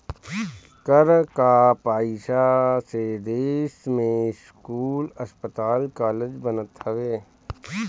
कर कअ पईसा से देस में स्कूल, अस्पताल कालेज बनत हवे